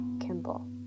Kimball